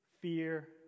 fear